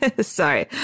Sorry